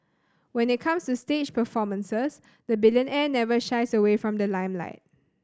when it comes to stage performances the billionaire never shies away from the limelight